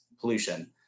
pollution